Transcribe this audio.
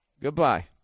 Goodbye